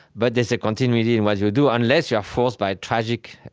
but there's a continuity in what you do, unless you are forced by a tragic,